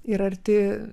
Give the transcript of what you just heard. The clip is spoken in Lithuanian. ir arti